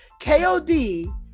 KOD